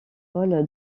paul